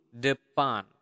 depan